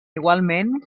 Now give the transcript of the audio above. igualment